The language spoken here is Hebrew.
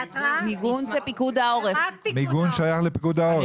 המיגון שייך לפיקוד העורף?